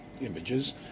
images